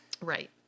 Right